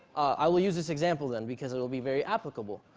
i will use this example then, because it will be very applicable.